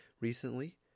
recently